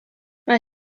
mae